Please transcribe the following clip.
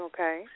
Okay